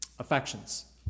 Affections